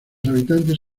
habitantes